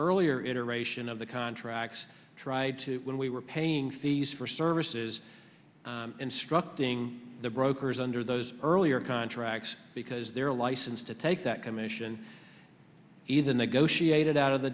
earlier iteration of the contracts try to when we were paying fees for services instructing the broker under those earlier contracts because they're licensed to take that commission either negotiated out of the